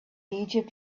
egypt